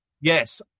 yes